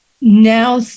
Now